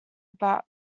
about